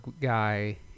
guy